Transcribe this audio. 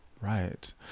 right